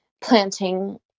planting